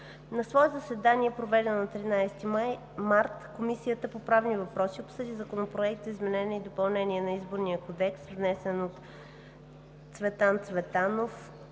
На свое заседание, проведено на 13 март 2019 г., Комисията по правни въпроси обсъди Законопроект за изменение и допълнение на Изборния кодекс, внесен от Цветан Цветанов